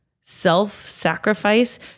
self-sacrifice